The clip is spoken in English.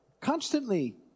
constantly